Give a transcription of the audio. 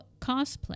cosplay